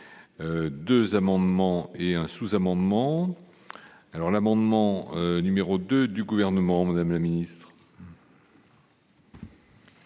2 amendements et un sous-amendement alors l'amendement numéro 2 du gouvernement, Madame la Ministre.